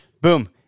boom